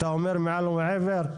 אתה אומר מעל ומעבר?